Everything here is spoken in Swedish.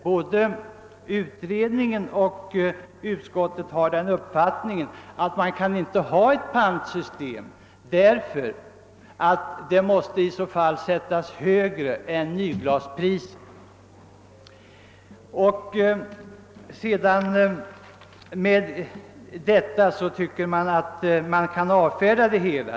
Både utredningen och utskottet har den uppfattningen att det inte är möjligt att ha ett pantsystem eftersom pantpriset i så fall måste sättas högre än nyglaspriset. Därmed tycker man att man kan avfärda det hela.